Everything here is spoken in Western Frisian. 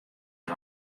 der